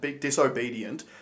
disobedient